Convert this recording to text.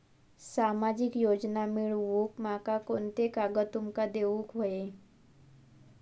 सामाजिक योजना मिलवूक माका कोनते कागद तुमका देऊक व्हये?